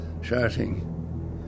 shouting